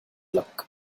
luck